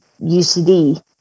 UCD